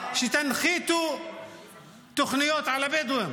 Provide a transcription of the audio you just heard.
שתנחיתו תוכניות על הבדואים.